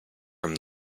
from